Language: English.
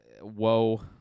whoa